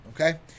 Okay